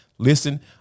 listen